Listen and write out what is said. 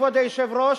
כבוד היושב-ראש,